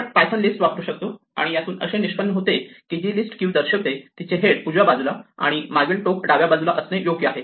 आपण Python list वापरू शकतो आणि यातून असे निष्पन्न होते की जी लिस्ट क्यू दर्शवते तिचे हेड उजव्या बाजूला आणि मागील टोक डाव्या बाजूला असणे योग्य आहे